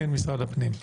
משרד הפנים,